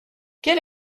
quel